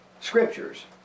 scriptures